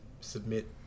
submit